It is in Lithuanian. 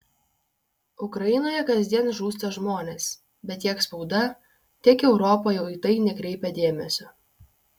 ukrainoje kasdien žūsta žmonės bet tiek spauda tiek europa jau į tai nekreipia dėmesio